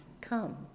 come